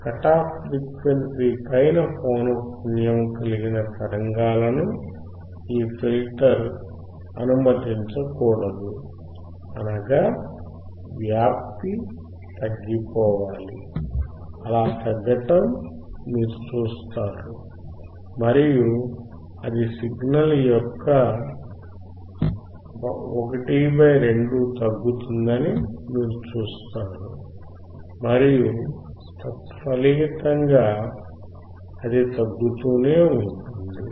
cut off frequency పైన పౌనఃపున్యము కలిగిన తరంగాలను ఈ ఫిల్టర్ అనుమతించకూడదు అనగా వ్యాప్తి తగ్గిపోవాలి అలా తగ్గటం మీరు చూస్తారు మరియు అది సిగ్నల్ యొక్క 1 2 తగ్గుతుందని మీరు చూస్తారు మరియు తత్ఫలితంగా అది తగ్గుతూనే ఉంటుంది